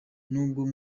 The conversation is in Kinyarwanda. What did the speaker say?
nubwo